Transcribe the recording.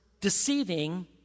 deceiving